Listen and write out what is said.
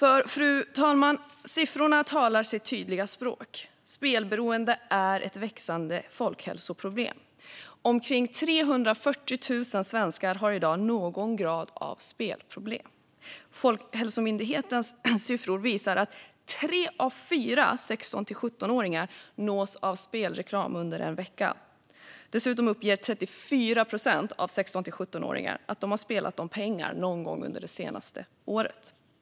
Fru talman! Siffrorna talar sitt tydliga språk. Spelberoende är ett växande folkhälsoproblem. Omkring 340 000 svenskar har i dag någon grad av spelproblem. Folkhälsomyndighetens siffror visar att tre av fyra 16-17-åringar nås av spelreklam under en vecka. Dessutom uppger 34 procent av 16-17-åringarna att de har spelat om pengar någon gång under det senaste året.